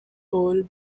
all